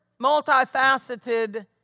multifaceted